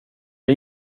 det